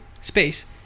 space